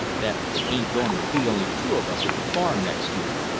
that they ain't going to be only two of us at the farm next year.